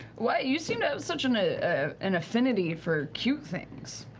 like you so you know such an ah an affinity for cute things.